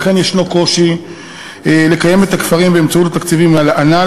אכן ישנו קושי לקיים את הכפרים באמצעות התקציבים הנ"ל,